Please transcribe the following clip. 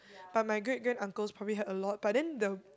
but my great granduncles probably had a lot but then the